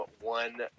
one